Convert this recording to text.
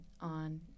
on